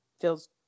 feels